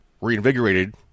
reinvigorated